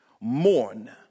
mourn